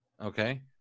okay